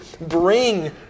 bring